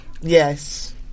Yes